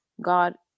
God